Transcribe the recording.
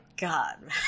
God